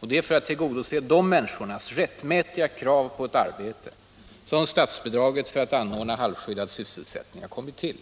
Det är för att tillgodose de människornas rättmätiga krav på ett arbete som statsbidraget för anordnande av halvskyddad sysselsättning har kommit till.